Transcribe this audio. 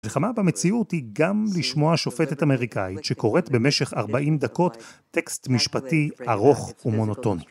המלחמה במציאות היא גם לשמוע שופטת אמריקאית שקוראת במשך 40 דקות טקסט משפטי ארוך ומונוטוני.